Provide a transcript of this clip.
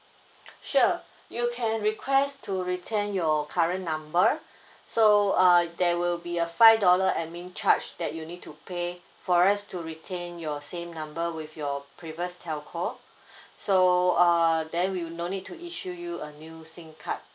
sure you can request to retain your current number so uh there will be a five dollar admin charge that you need to pay for us to retain your same number with your previous telco so uh then we no need to issue you a new SIM card